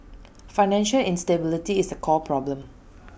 financial instability is the core problem